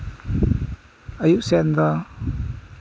ᱟᱹᱭᱩᱵᱽ ᱥᱮᱫ ᱫᱚ